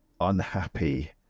unhappy